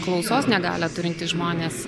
klausos negalią turintys žmonės